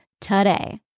today